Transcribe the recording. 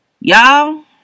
Y'all